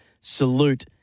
salute